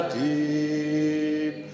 deep